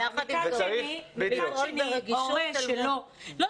יחד עם זאת לפעול ברגישות לא,